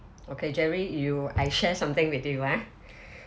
okay jerry you I share something with you ah